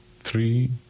three